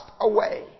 away